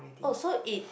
oh so it